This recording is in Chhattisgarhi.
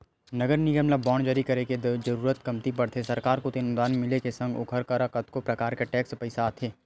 नगर निगम ल बांड जारी करे के जरुरत कमती पड़थे सरकार कोती अनुदान मिले के संग ओखर करा कतको परकार के टेक्स पइसा आथे